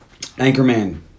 Anchorman